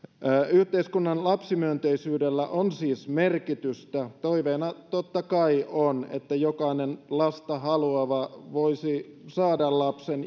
yhteiskunnan lapsimyönteisyydellä on siis merkitystä toiveena totta kai on että jokainen lasta haluava voisi saada lapsen